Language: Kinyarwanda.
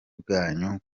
bwanyu